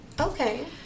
Okay